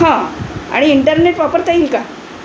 हां आणि इंटरनेट वापरता येईल का